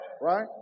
right